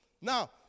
Now